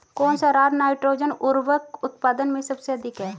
कौन सा राज नाइट्रोजन उर्वरक उत्पादन में सबसे अधिक है?